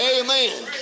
Amen